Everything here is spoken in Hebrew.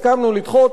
הסכמנו לדחות,